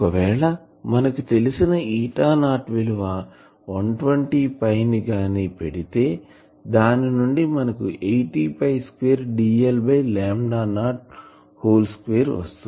ఒకవేళ మనకి తెలిసిన ఈటా నాట్ విలువ 120 గాని పెడితే దాని నుండి మనకు 80 square dl by lambda naught whole square వస్తుంది